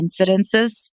incidences